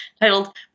titled